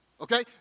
Okay